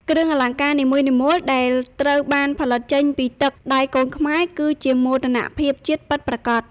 គ្រឿងអលង្ការនីមួយៗដែលត្រូវបានផលិតចេញពីទឹកដៃកូនខ្មែរ គឺជាមោទនភាពជាតិពិតប្រាកដ។